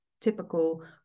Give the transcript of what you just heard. typical